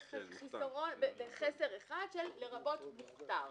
חוץ מדבר אחד: "לרבות מוכתר".